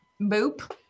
boop